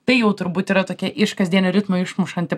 tai jau turbūt yra tokia iš kasdienio ritmo išmušanti